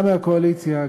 גם מהקואליציה,